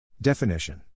Definition